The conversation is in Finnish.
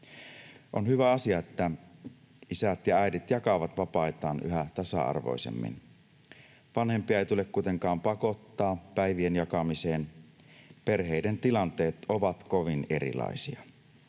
On hyvä asia, että isät ja äidit jakavat vapaitaan yhä tasa-arvoisemmin. Vanhempia ei tule kuitenkaan pakottaa päivien jakamiseen, perheiden tilanteet ovat kovin erilaisia.